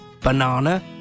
banana